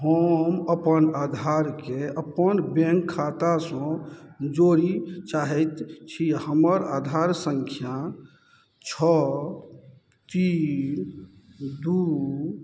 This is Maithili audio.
हम अपन आधारकेँ अपन बैँक खातासँ जोड़ै चाहै छी हमर आधार सँख्या छओ तीन दुइ